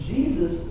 Jesus